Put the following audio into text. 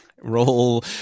Roll